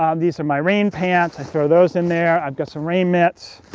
um these are my rain pants, i throw those in there, i've got some rain mitts.